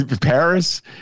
Paris